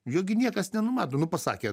jo hi niekas nenumato nu pasakė